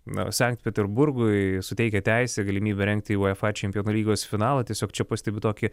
na sankt peterburgui suteikia teisę galimybę rengti uefa čempionų lygos finalą tiesiog čia pastebiu tokį